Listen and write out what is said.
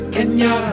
Kenya